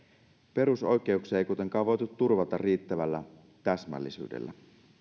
perusoikeuksia ei kuitenkaan voitu turvata riittävällä täsmällisyydellä